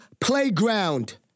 playground